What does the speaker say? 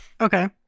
Okay